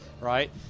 right